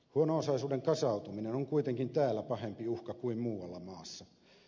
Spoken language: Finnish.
huono osaisuuden kasautuminen on kuitenkin täällä pahempi uhka kuin muualla maassa